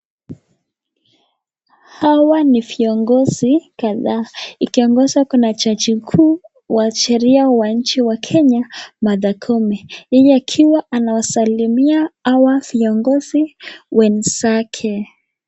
Hawa ni viongozi kadhaa ikiongozwa kuna jaji kuu wa sheria wa nchi wa Kenya, Martha Koome, yeye akiwa anawasalimia hawa viongozi wenzake.